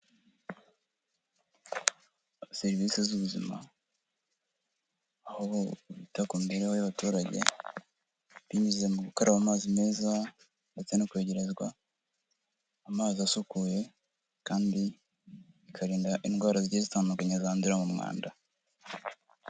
Serivisi z'ubuzima ahobita ku mibereho y'abaturage binyuze mu gukaraba amazi meza ndetse no kwegerezwa amazi asukuye kandi bikarinda indwara zigiye zitandukanye zandurira mu mwanda.